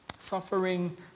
Suffering